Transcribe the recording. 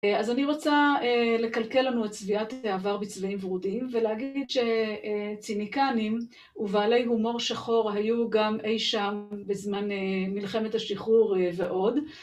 אז אני רוצה לקלקל לנו את צביעת העבר בצבעים ורודיים, ולהגיד שציניקנים ובעלי הומור שחור היו גם אי שם בזמן מלחמת השחרור ועוד.